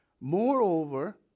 moreover